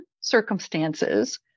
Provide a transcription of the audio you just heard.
circumstances